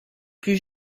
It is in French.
plus